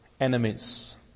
enemies